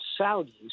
Saudis